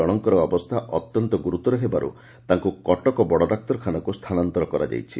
ଜଶକର ଅବସ୍ଥା ଅତ୍ୟନ୍ତ ଗୁରୁତର ହେବାରୁ କଟକ ବଡଡାକ୍ତରଖାନାକୁ ସ୍ଥାନାନ୍ତର କରାଯାଇଛି